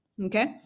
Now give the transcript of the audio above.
Okay